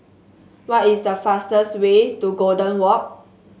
what is the fastest way to Golden Walk